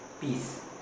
peace